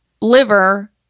liver